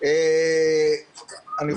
אני שומע הוראות.